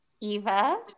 Eva